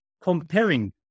comparing